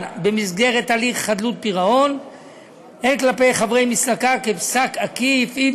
במסגרת הליך חדלות פירעון זר כלפי חברי מסלקה כפסק אכיף אם